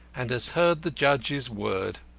and has heard the judge's word.